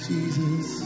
Jesus